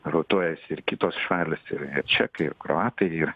rotuojasi ir kitos šalys ir ir čekai ir kroatai ir